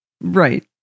Right